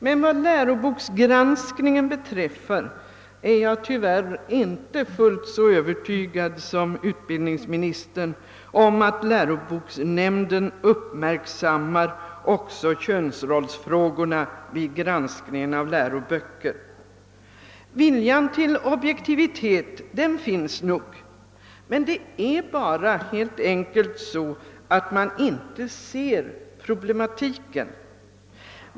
Men vad läroboksgranskningen beträffar är jag inte fullt så övertygad som utbildningsministern om att läroboksnämnden uppmärksammar också könsrollsfrågorna vid granskningen. Viljan till objektivitet finns nog, men det är helt enkelt så att man inte ser problematiken.